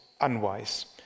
unwise